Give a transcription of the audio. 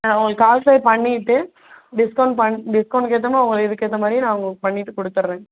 ஆ உங்களுக்கு கால்க்குலேட் பண்ணிவிட்டு டிஸ்கவுண்ட் பண் டிஸ்கவுண்ட்க்கு ஏற்ற மாதிரி உங்கள் இதுக்கு ஏற்ற மாதிரியும் நான் உங்களுக்கு பண்ணிவிட்டு கொடுத்துட்றேன்